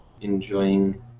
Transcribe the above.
enjoying